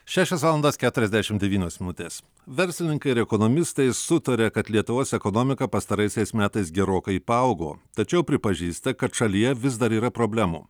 šešios valandos keturiasdešim devynios minutės verslininkai ir ekonomistai sutaria kad lietuvos ekonomika pastaraisiais metais gerokai paaugo tačiau pripažįsta kad šalyje vis dar yra problemų